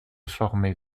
former